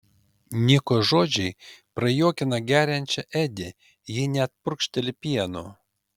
niko žodžiai prajuokina geriančią edi ji net purkšteli pienu